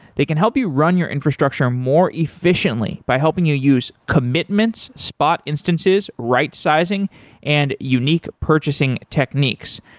they can help you run your infrastructure more efficiently by helping you use commitments, spot instances, rightsizing and unique purchasing techniques.